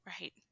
Right